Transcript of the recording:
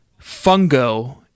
fungo